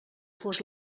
fos